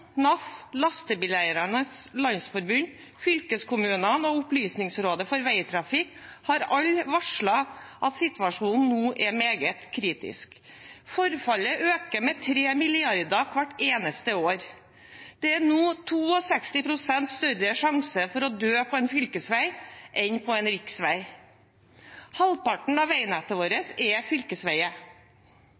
NAF, lastebileiernes landsforbund, fylkeskommunene og Opplysningsrådet for Veitrafikken har alle varslet at situasjonen nå er meget kritisk. Forfallet øker med tre milliarder hvert eneste år. Det er nå 62 pst. større sjanse for å dø på en fylkesvei enn på en riksvei. Halvparten av veinettet vårt er fylkesveier.